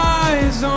eyes